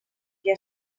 què